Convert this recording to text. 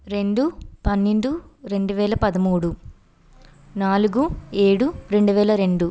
రెండు పన్నెండు రెండువేల పదమూడు నాలుగు ఏడు రెండువేల రెండు